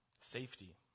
safety